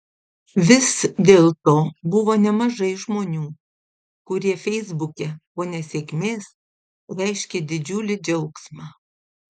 vis dėlto buvo nemažai žmonių kurie feisbuke po nesėkmės reiškė didžiulį džiaugsmą